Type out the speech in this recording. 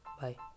Bye